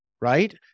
Right